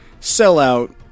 sellout